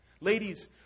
Ladies